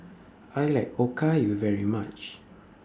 I like Okayu very much